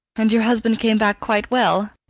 and your husband came back quite well?